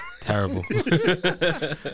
Terrible